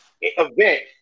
event